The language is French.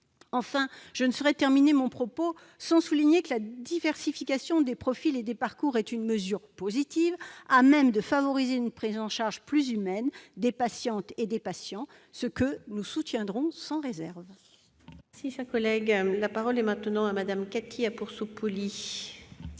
Enfin, je ne saurais terminer mon propos sans souligner que la diversification des profils et des parcours est une mesure positive, à même de favoriser une prise en charge plus humaine des patients, ce que nous soutiendrons sans réserve ! La parole est à Mme Cathy Apourceau-Poly,